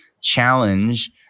challenge